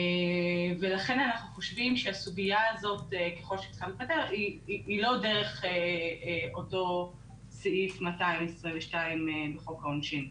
אנחנו חושבים שהסוגייה הזאת היא לא דרך אותו סעיף 222 בחוק העונשין.